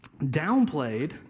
downplayed